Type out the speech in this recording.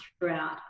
throughout